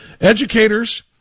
Educators